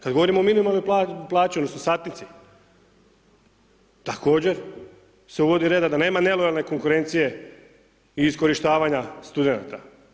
Kada govorimo o minimalnoj plaći odnosno satnici također se uvodi reda da nema nelojalne konkurencije i iskorištavanja studenata.